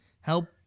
help